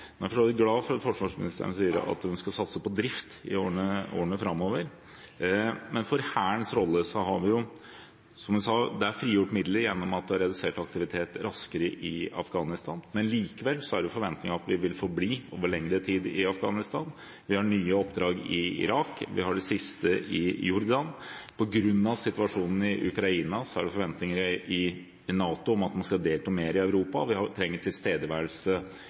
jeg for så vidt glad for at forsvarsministeren sier at hun skal satse på drift i årene framover, men når det gjelder Hærens rolle, er det jo, som hun sa, frigjort midler gjennom at det er redusert aktivitet raskere i Afghanistan. Likevel er det forventninger om at vi vil forbli over lengre tid i Afghanistan, vi har nye oppdrag i Irak, vi har det siste i Jordan. På grunn av situasjonen i Ukraina er det forventninger i NATO om at man skal delta mer i Europa, og vi trenger tilstedeværelse